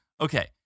Okay